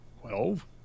Twelve